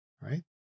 right